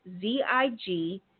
Z-I-G